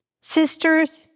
Sisters